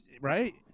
Right